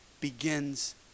begins